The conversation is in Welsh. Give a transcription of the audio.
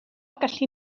gallu